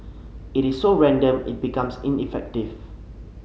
it is so random it becomes ineffective